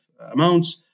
amounts